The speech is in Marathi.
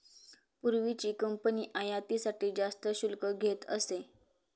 पूर्वीची कंपनी आयातीसाठी जास्त शुल्क घेत असे